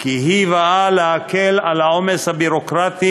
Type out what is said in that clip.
כי היא באה להקל את העומס הביורוקרטי